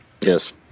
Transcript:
Yes